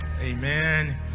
amen